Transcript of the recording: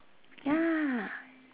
ya